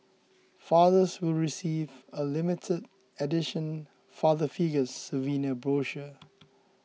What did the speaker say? fathers will receive a limited edition Father Figures souvenir brochure